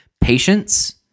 Patience